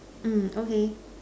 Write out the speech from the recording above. mm okay